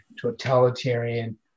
totalitarian